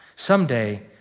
Someday